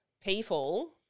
people